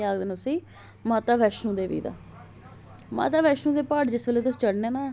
के्ह् आक्खदे ना उसी माता बैष्णो देवी दा माता बैष्णो देवी दे प्हाड़ जिसले तुसे चढ़ने ना